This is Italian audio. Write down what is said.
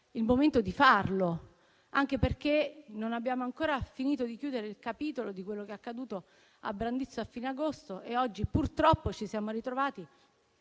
il momento di farle, anche perché non abbiamo ancora finito di chiudere il capitolo relativo a quello che è accaduto a Brandizzo a fine agosto e oggi, purtroppo, ci siamo ritrovati